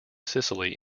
sicily